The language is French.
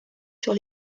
sur